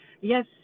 yes